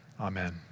Amen